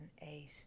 eight